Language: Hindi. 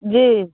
जी